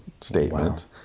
statement